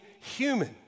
human